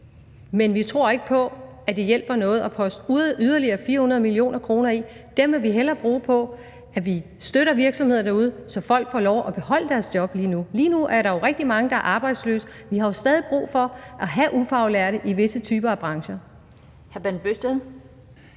men vi tror ikke på, at det hjælper noget at poste yderligere 400 mio. kr. i. Dem vil vi hellere bruge på, at vi støtter virksomheder derude, så folk får lov til at beholde deres job. Lige nu er der jo rigtig mange, der er arbejdsløse, og vi har jo stadig brug for at have ufaglærte i visse typer af brancher.